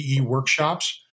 Workshops